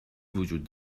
وجود